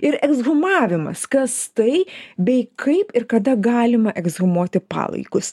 ir ekshumavimas kas tai bei kaip ir kada galima ekshumuoti palaikus